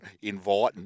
inviting